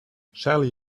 shelly